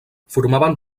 formaven